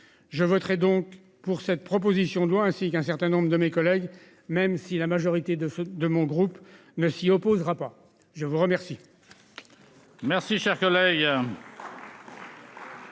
Je voterai donc pour cette proposition de loi, ainsi qu'un certain nombre de mes collègues, même si la majorité de ceux de mon groupe ne s'y opposera pas je vous remercie.